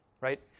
right